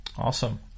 Awesome